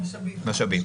מבחינת משאבים.